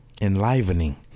enlivening